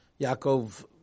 Yaakov